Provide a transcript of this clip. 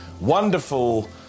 wonderful